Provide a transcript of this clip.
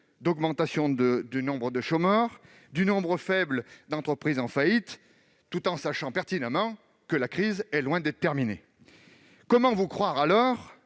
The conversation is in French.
augmentation du nombre de chômeurs et d'entreprises en faillite, tout en sachant pertinemment que la crise est loin d'être terminée. Comment croire dès